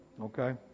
Okay